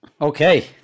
Okay